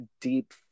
deep